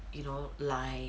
you know lie